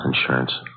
Insurance